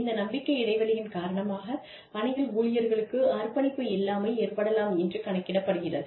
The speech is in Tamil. இந்த நம்பிக்கை இடைவெளியின் காரணமாக பணியில் ஊழியர்களுக்கு அர்ப்பணிப்பு இல்லாமை ஏற்படலாம் என்று கணிக்கப்படுகிறது